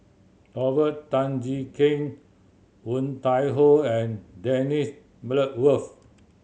Robert Tan Jee Keng Woon Tai Ho and Dennis Bloodworth